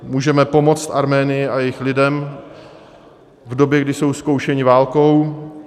Můžeme pomoct Arménii a jejím lidem v době, kdy jsou zkoušeni válkou.